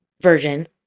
version